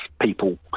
people